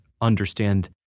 understand